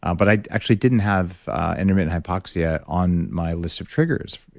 um but i actually didn't have intermittent hypoxia on my list of triggers,